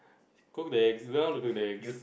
cook the eggs you don't know how to cook the eggs